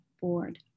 Board